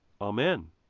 Amen